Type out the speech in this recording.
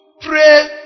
pray